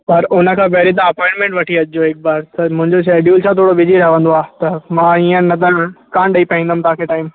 पर उन खां पहिरीं तव्हां अपॉइंटमेंट वठी अचिजो हिकु बार त मुंहिंजो शेडयूल छा थोरो बिजी रहंदो आहे त मां ईअं न त कान ॾेई पाईंदमि तव्हांखे टाइम